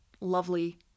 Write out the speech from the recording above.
lovely